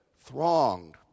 thronged